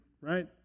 right